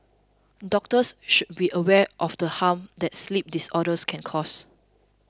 doctors should be aware of the harm that sleep disorders can cause